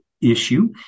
issue